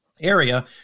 area